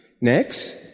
Next